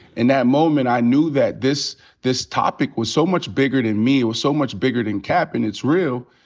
in that moment, i knew that this this topic was so much bigger than me. it was so much bigger than kap. and it's real.